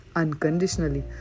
unconditionally